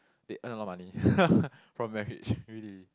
they earn a lot of money from marriage really